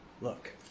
look